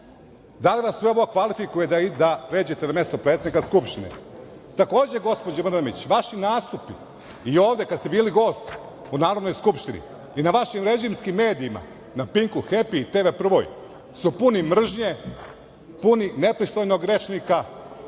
li vas sve ovo kvalifikuje da pređete na mesto predsednika Skupštine? Takođe, gospođo Brnabić vaš nastup i ovde kada ste bili gost u Narodnoj skupštini i na vašim režimskim medijima, na „Pinku“, „Hepiju“, TV „Prvoj“, su puni mržnje, puni nepristojnog rečnika,